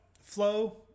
flow